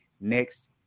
next